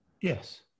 Yes